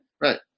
Right